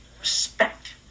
respect